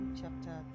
chapter